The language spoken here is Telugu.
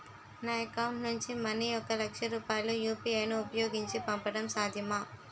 నా అకౌంట్ నుంచి మనీ ఒక లక్ష రూపాయలు యు.పి.ఐ ను ఉపయోగించి పంపడం సాధ్యమా?